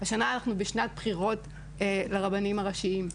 השנה אנחנו בשנת בחירות לרבנים הראשיים.